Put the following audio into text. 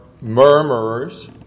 murmurers